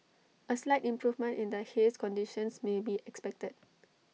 A slight improvement in the haze conditions may be expected